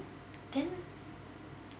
ten